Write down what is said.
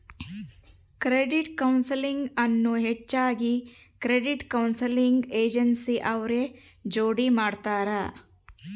credit counselling ಅನ್ನು ಹೆಚ್ಚಾಗಿ credit counselling agency ಅವ್ರ ಜೋಡಿ ಮಾಡ್ತರ